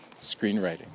screenwriting